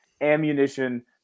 ammunition